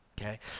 Okay